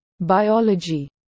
biology